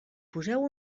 poseu